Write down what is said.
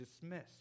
dismissed